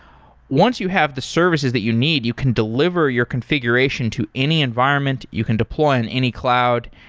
once you have the services that you need, you can delivery your configuration to any environment, you can deploy on any cloud,